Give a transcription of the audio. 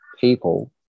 people